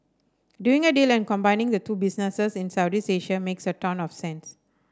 doing a deal and combining the two businesses in Southeast Asia makes a ton of sense